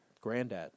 granddad